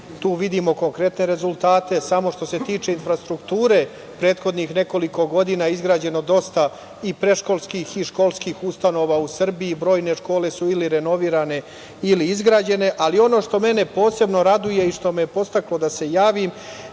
Tu vidimo konkretne rezultate. Samo što se tiče prethodnih nekoliko godina izgrađeno je dosta i predškolskih i školskih ustanova u Srbiji. Brojne škole su ili renovirane ili izgrađeno, ali ono što mene posebno raduje i što me je podstaklo da se javim